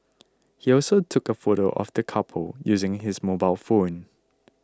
he also took a photo of the couple using his mobile phone